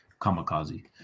kamikaze